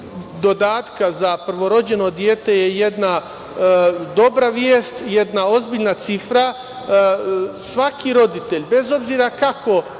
dodatka za prvorođeno dete. To je jedna dobra vest, jedna ozbiljna cifra. Svaki roditelj, bez obzira kakvog